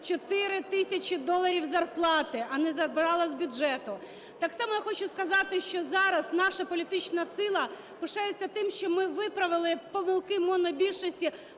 4 тисячі доларів зарплати, а не забрала з бюджету. Так само я хочу сказати, що зараз наша політична сила пишається тим, що ми виправили помилки монобільшості